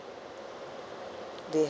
they